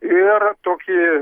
ir tokį